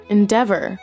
Endeavor